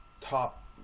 top